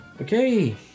Okay